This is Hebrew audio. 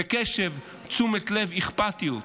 בקשב, בתשומת לב, באכפתיות.